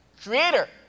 creator